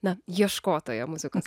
na ieškotoja muzikos